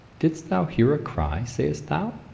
didst thou hear a cry, sayst thou?